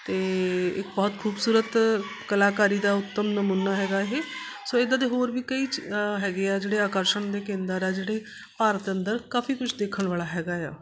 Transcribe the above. ਅਤੇ ਇੱਕ ਬਹੁਤ ਖੂਬਸੂਰਤ ਕਲਾਕਾਰੀ ਦਾ ਉੱਤਮ ਨਮੂਨਾ ਹੈਗਾ ਇਹ ਸੋ ਇੱਦਾਂ ਦੇ ਹੋਰ ਵੀ ਕਈ ਚ ਹੈਗੇ ਆ ਜਿਹੜੇ ਆਕਰਸ਼ਣ ਦੇ ਕੇਂਦਰ ਹੈ ਜਿਹੜੇ ਭਾਰਤ ਅੰਦਰ ਕਾਫੀ ਕੁਛ ਦੇਖਣ ਵਾਲਾ ਹੈਗਾ ਆ